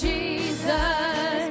Jesus